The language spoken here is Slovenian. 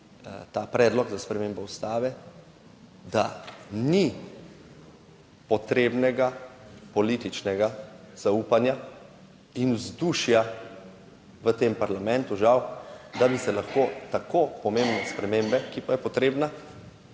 ta predlog za spremembo Ustave, da ni potrebnega političnega zaupanja in vzdušja v tem parlamentu, žal, da bi se lahko tako pomembne spremembe, ki pa je potrebna,